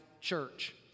church